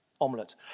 omelette